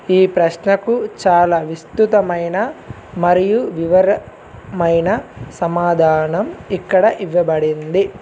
ఈ ప్రశ్నకు చాలా విస్తృతమైన మరియు వివరమైన సమాధానం ఇక్కడ ఇవ్వబడింది